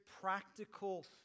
practical